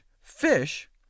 fish